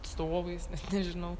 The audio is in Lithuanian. atstovais net nežinau